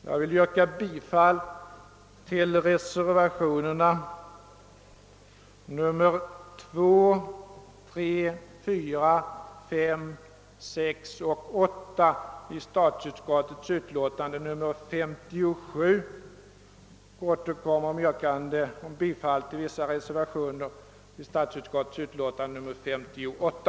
Jag vill yrka bifall till reservationerna nr 2, 3, 4, 5, 6 och 8 1 statsutskottets utlåtande nr 57. Jag återkommer med yrkanden om bifall till vissa reservationer i statsutskottets utlåtande nr 58.